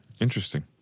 Interesting